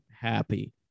happy